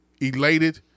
elated